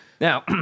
Now